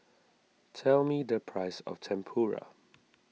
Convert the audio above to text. tell me the price of Tempura